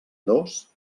dos